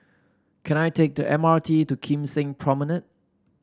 can I take the M R T to Kim Seng Promenade